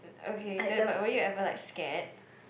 okay then we~ were you ever like scared